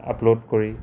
upload কৰি